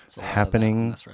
happening